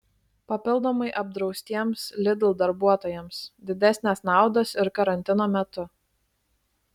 papildomai apdraustiems lidl darbuotojams didesnės naudos ir karantino metu